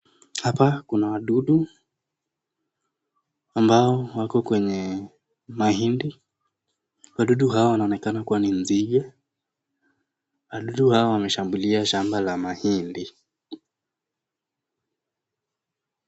Hapa kuna wadudu ambao wako kwenye mahindi. Wadudu hawa wanaonekana kuwa ni nzige. Wadudu hawa wameshambulia shamba ya mahindi.